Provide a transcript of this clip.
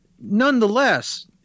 nonetheless